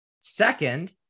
Second